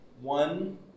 One